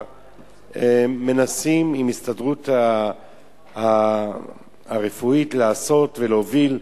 מנסים עם ההסתדרות הרפואית לעשות ולהוביל,